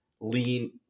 lean